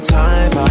time